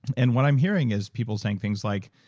and what i'm hearing is people saying things like,